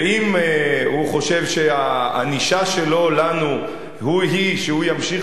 ואם הוא חושב שהענישה שלו אותנו היא שהוא ימשיך